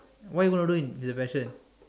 won't even look into your passion